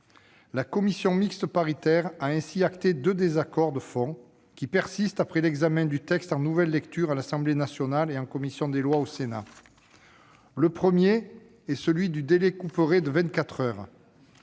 La commission mixte paritaire a ainsi entériné deux désaccords de fond, qui persistent après l'examen du texte en nouvelle lecture à l'Assemblée nationale et en commission des lois au Sénat. Le premier concerne le délai couperet de